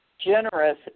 generous